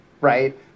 right